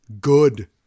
Good